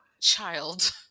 child